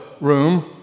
room